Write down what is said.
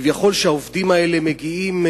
שהעובדים האלה כביכול מגיעים,